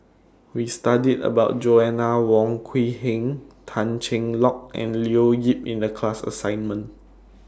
We studied about Joanna Wong Quee Heng Tan Cheng Lock and Leo Yip in The class assignment